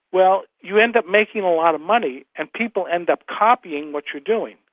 well you end up making a lot of money and people end up copying what you're doing.